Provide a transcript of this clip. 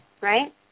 Right